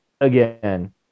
again